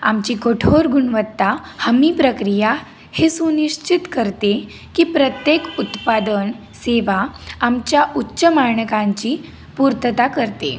आमची कठोर गुणवत्ता हमी प्रक्रिया हे सुनिश्चित करते की प्रत्येक उत्पादन सेवा आमच्या उच्च मानकांची पूर्तता करते